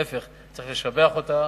להיפך, צריך לשבח אותה,